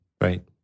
right